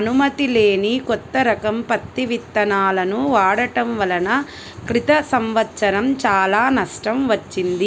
అనుమతి లేని కొత్త రకం పత్తి విత్తనాలను వాడటం వలన క్రితం సంవత్సరం చాలా నష్టం వచ్చింది